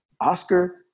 Oscar